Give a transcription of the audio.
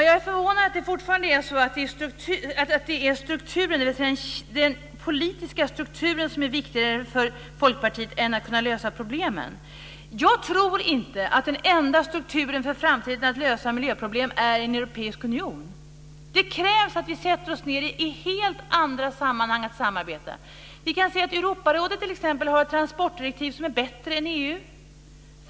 Fru talman! Jag är förvånad över att den politiska strukturen fortfarande är viktigare för Folkpartiet än att problemen kan lösas. Jag tror inte att den enda strukturen för att i framtiden kunna lösa miljöproblemen är en europeisk union. Det krävs att vi sätter oss ned i helt andra sammanhang för ett samarbete. Europarådet t.ex. har ett transportdirektiv som är bättre än vad som finns i EU.